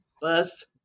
bus